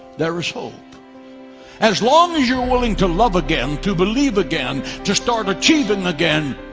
there is hope as long as you're willing to love again to believe again to start achieving again